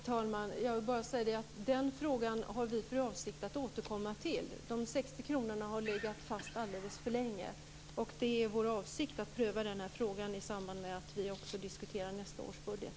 Herr talman! Den frågan har vi för avsikt att återkomma till. De 60 kronorna har legat fast alldeles för länge. Det är vår avsikt att pröva frågan i samband med att vi diskuterar nästa års budget.